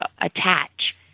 attach